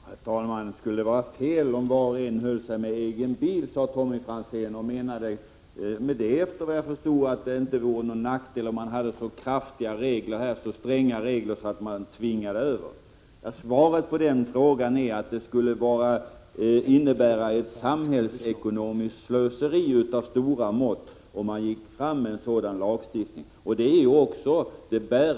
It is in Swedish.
Prot. 1986/87:47 Herr talman! Det skulle väl vara bra om var och en höll sig med egen bil, 11 december 1986 sade Tommy Franzén. Han menade med detta, såvitt jag förstår, att detite vore någon nackdel om man utfärdade så stränga regler att man förhindrade RA av förovan av fri bi människor att använda tjänstebil. Det skulle innebära ett samhällsekonomiskt slöseri av stora mått om man gick fram med en sådan lagstiftning.